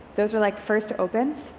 those are like first opens,